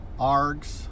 args